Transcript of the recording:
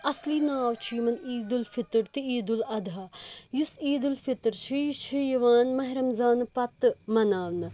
اَصلِی ناو چھُ یِمَن عیٖدالفطر تہٕ عیٖدالضحیٰ یُس عیٖدالفِطر چھِ یہِ چھِ یِوان ماہہ رمضان پَتہٕ مناونہٕ